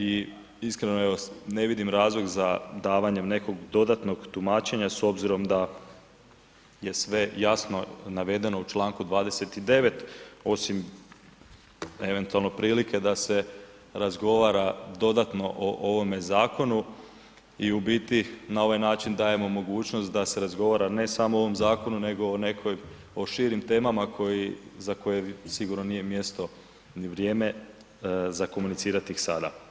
I iskreno, evo, ne vidim razlog za davanje nekog dodatnog tumačenja s obzirom da je sve jasno navedeno u čl. 29., osim eventualno prilike da se razgovara dodatno o ovome zakonu i u biti na ovaj način dajemo mogućnost da se razgovara, ne samo o ovom zakonu, nego o nekoj, o širim temama za koje sigurno nije mjesto ni vrijeme za komunicirati ih sada.